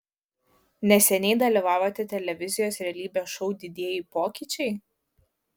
neseniai dalyvavote televizijos realybės šou didieji pokyčiai